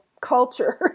culture